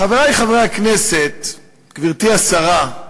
חברי חברי הכנסת, גברתי השרה,